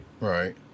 Right